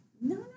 No